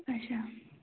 اچھا